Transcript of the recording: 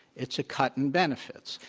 it's a cut in benefits.